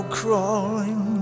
crawling